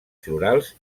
florals